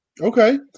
okay